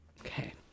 Okay